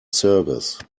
service